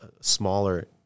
smaller